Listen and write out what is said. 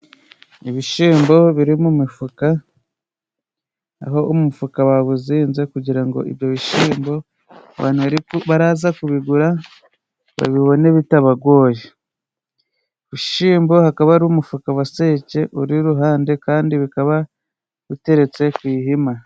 Ibishyimbo biri mu mifuka, aho umufuka bawuzinze kugira ibyo bishyimbo abaraza kubigura babibone bitabagoye. Ibishyimbo hakaba hari umufuka wa seke uri iruhande kandi ukaba uteretse ku ihema.